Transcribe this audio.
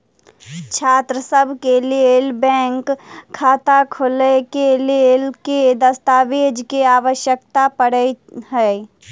छात्रसभ केँ लेल बैंक खाता खोले केँ लेल केँ दस्तावेज केँ आवश्यकता पड़े हय?